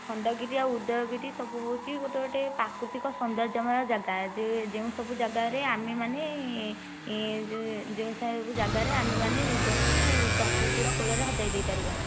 ଖଣ୍ଡଗିରି ଆଉ ଉଦୟଗିରି ସବୁ ହେଉଛି ଗୋଟେ ଗୋଟେ ପ୍ରାକୃତିକ ସୌନ୍ଦର୍ଯ୍ୟମୟ ଜାଗା ଯେ ଯେଉଁ ସବୁ ଜାଗାରେ ଆମେମାନେ ଯେଉଁ ସବୁ ଜାଗାରେ ଆମେମାନେ ନିଜକୁ ପ୍ରକୃତିର କୋଳରେ ହଜାଇଦେଇ ପାରିବା